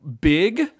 big